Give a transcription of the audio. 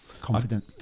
confident